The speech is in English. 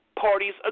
parties